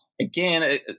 again